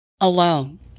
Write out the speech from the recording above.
alone